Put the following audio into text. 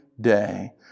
day